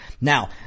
Now